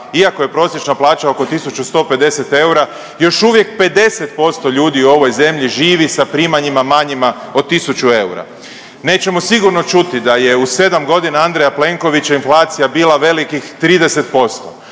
iako je prosječna plaća oko 1.150 eura još uvijek 50% ljudi u ovoj zemlji živi sa primanjima manjima od 1.000 eura. Nećemo sigurno čuti da je u sedam godina Andreja Plenkovića inflacija bila velikih 30%.